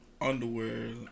underwear